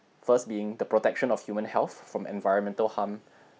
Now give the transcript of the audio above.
first being the protection of human health from environmental harm